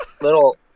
little